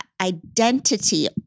identity